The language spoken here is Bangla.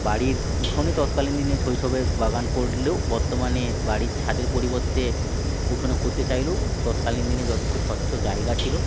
বাড়ির উঠোনে তৎকালীন দিনে শৈশবে বাগান করলেও বর্তমানে বাড়ির ছাদের পরিবর্তে উঠোনে করতে চাইলেও তৎকালীন দিনে যথেষ্ট স্বচ্ছ জায়গা ছিল